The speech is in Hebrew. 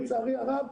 לצערי הרב,